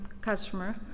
customer